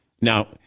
Now